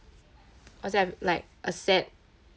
was there like a sad